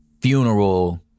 funeral